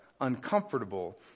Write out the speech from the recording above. uncomfortable